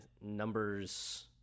numbers